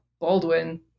baldwin